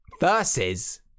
versus